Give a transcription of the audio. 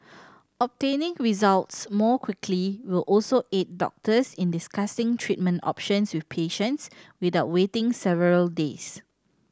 obtaining results more quickly will also aid doctors in discussing treatment options with patients without waiting several days